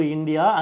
India